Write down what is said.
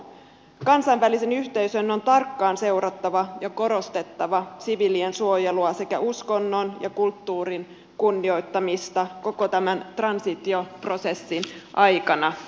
kansainvälisen yhteisön on tarkkaan seurattava ja korostettava siviilien suojelua sekä uskonnon ja kulttuurin kunnioittamista koko tämän transitioprosessin aikana